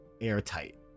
airtight